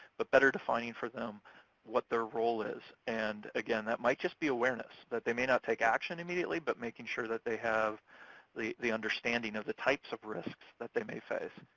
but better defining for them what their role is. and, again, that might just be awareness, that they may not take action immediately, but making sure that they have the the understanding of the types of risks that they may face.